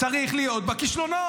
צריך להיות בכישלונות.